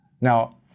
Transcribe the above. Now